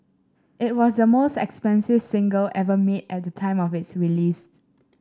it was the most expensive single ever made at the time of its release